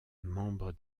membre